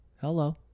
Hello